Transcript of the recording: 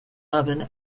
oven